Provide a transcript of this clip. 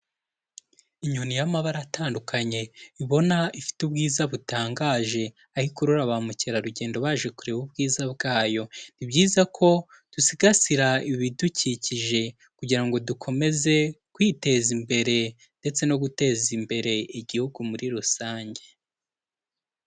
Inyoni y'amabara atandukanye, ubona ifite ubwiza butangaje, aho ikurura ba mukerarugendo baje kureba ubwiza bwayo, ni byiza ko dusigasira ibidukikije kugira ngo dukomeze kwiteza imbere ndetse no guteza imbere igihugu muri rusange.